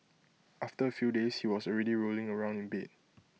after A few days he was already rolling around in bed